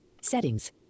Settings